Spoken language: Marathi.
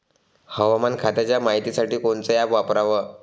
हवामान खात्याच्या मायतीसाठी कोनचं ॲप वापराव?